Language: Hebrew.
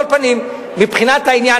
אתה מקבל היתר בנייה,